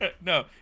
no